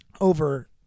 over